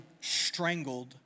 strangled